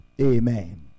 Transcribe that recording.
Amen